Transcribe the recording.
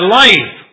life